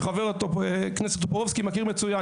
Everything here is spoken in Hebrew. שחבר הכנסת טופורובסקי מכיר מצוין.